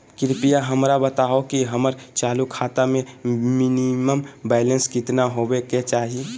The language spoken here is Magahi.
कृपया हमरा बताहो कि हमर चालू खाता मे मिनिमम बैलेंस केतना होबे के चाही